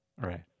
right